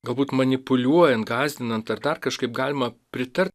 galbūt manipuliuojant gąsdinant ar dar kažkaip galima pritart